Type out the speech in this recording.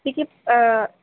ٹھیک ہے